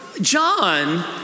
John